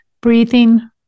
breathing